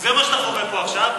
זה מה שאתה רואה פה עכשיו,